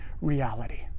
reality